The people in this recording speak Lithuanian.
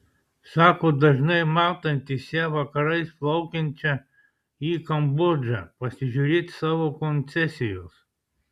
sako dažnai matantis ją vakarais plaukiančią į kambodžą pasižiūrėti savo koncesijos